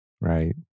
right